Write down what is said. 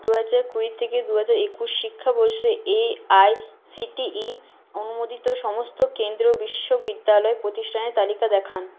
দু হাজার কুড়ি থেকে দু হাজার একুশ শিক্ষাবর্ষে এআইসিটিই অনুমোদিত সমস্ত কেন্দ্রীয় বিশ্ববিদ্যালয় প্রতিষ্ঠানের তালিকা দেখান